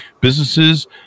businesses